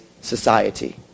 society